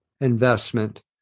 investment